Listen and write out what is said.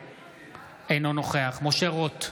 אינו נוכח משה רוט,